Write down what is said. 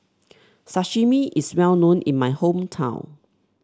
sashimi is well known in my hometown